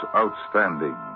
outstanding